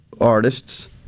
artists